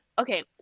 okay